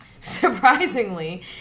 surprisingly